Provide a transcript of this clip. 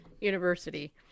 university